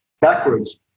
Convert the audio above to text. backwards